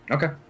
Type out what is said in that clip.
Okay